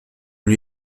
lui